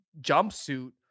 jumpsuit